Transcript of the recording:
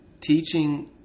teaching